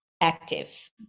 active